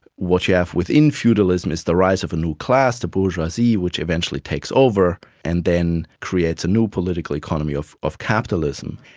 what you have within feudalism is the rise of a new class, the bourgeoisie, which eventually takes over and then creates a new political economy of of capitalism.